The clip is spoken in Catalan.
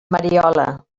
mariola